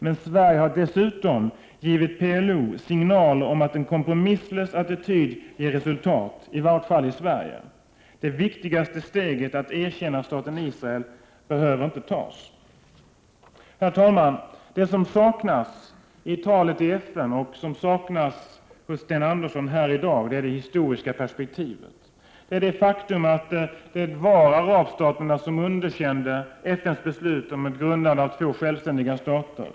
Men Sverige har därigenom också gett PLO signaler om att en kompromisslös attityd leder till resultat — i vart fall i Sverige. Det viktigaste steget, att erkänna staten Israel, behöver inte tas. Det som saknas i talet i FN och i Sten Anderssons svar här i dag är det historiska perspektivet. Jag avser det faktum att det var arabstaterna som underkände FN:s beslut om ett grundande av två självständiga stater.